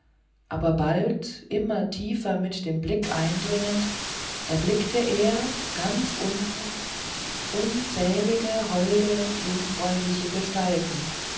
aber bald immer tiefer mit dem blick eindringend erblickte er ganz unten unzählige holde jungfräuliche gestalten